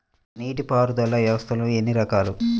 నీటిపారుదల వ్యవస్థలు ఎన్ని రకాలు?